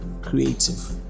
Creative